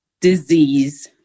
disease